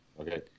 Okay